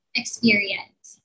experience